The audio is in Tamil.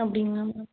அப்படிங்களாங்க